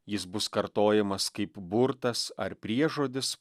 jis bus kartojamas kaip burtas ar priežodis